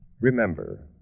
Remember